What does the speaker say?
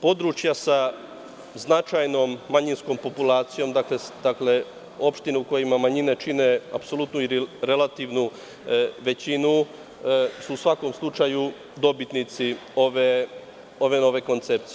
Područja sa značajnom manjinskom populacijom, dakle, opštine u kojima manjine čine apsolutno relativnu većinu, su u svakom slučaju dobitnici ove koncepcije.